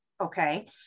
Okay